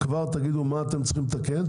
תגידו מה אתם צריכים לתקן,